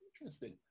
interesting